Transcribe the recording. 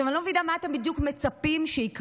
עכשיו אני לא מבינה מה בדיוק אתם מצפים שיקרה,